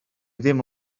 ddim